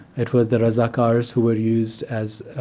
it was the razakars who were used as